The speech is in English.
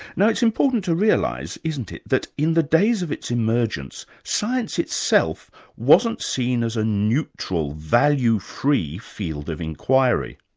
now it's important to realise, isn't it, that in the days of its emergence, science itself wasn't seen as a neutral, value-free field of inquiry?